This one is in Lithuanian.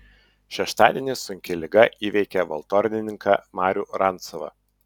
šeštadienį sunki liga įveikė valtornininką marių rancovą